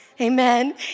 Amen